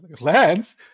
Lance